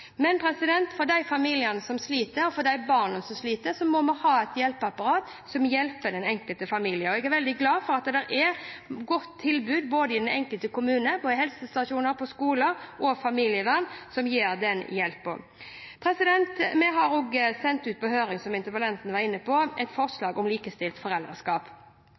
Men for de familiene som sliter og for de barna som sliter, må vi ha et hjelpeapparat som hjelper den enkelte familie. Jeg er veldig glad for at det er et godt tilbud i den enkelte kommune, og at det er helsestasjoner, skoler og familievernkontor som gir den hjelpen. Vi har også sendt ut på høring, som interpellanten var inne på, et forslag om likestilt